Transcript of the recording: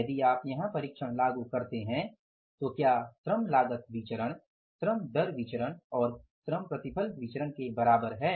यदि आप यहां परिक्षण लागू करते हैं तो क्या श्रम लागत विचरण श्रम दर विचरण और श्रम प्रतिफल विचरण के बराबर है